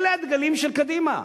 אלה הדגלים של קדימה.